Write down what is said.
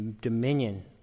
dominion